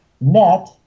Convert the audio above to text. net